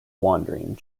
wandering